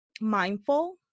mindful